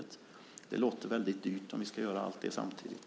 Det låter som att det blir väldigt dyrt om vi ska göra allt det samtidigt.